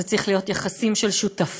זה צריך להיות יחסים של שותפות,